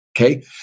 Okay